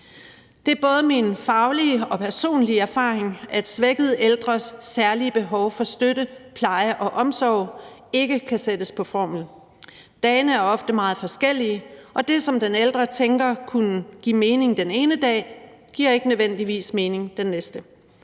Det er både min faglige og personlige erfaring, at svækkede ældres særlige behov for støtte, pleje og omsorg ikke kan sættes på formel. Dagene er ofte meget forskellige, og det, som den ældre tænker kunne give mening den ene dag, giver ikke nødvendigvis mening den næste